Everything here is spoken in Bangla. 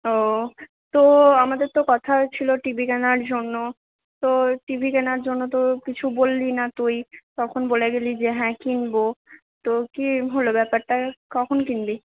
ও তো আমাদের তো কথা হয়েছিল টি ভি কেনার জন্য তো টি ভি কেনার জন্য তো কিছু বললি না তুই তখন বলে গেলি যে হ্যাঁ কিনব তো কী হলো ব্যাপারটা কখন কিনবি